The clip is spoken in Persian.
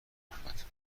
اومد